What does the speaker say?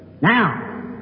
Now